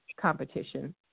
competition